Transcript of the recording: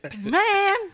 man